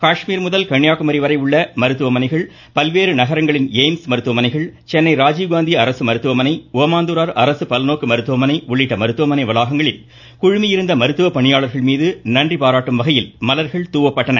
காஷ்மீர் முதல் கன்னியாகுமரி வரை உள்ள மருத்துவமனைகள் பல்வேறு நகரங்களின் எய்ம்ஸ் மருத்துவமனைகள் சென்னை ராஜீவ்காந்தி அரசு மருத்துவமனை ஓமாந்தூராா் அரசு பல்நோக்கு மருத்துவமனை உள்ளிட்ட மருத்துவமனை வளாகங்களில் குழுமியிருந்த மருத்துவ பணியாளர்கள் மீது நன்றி பாராட்டும் வகையில் மலர்கள் தூவப்பட்டன